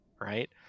Right